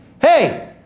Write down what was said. Hey